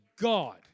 God